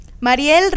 Mariel